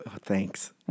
Thanks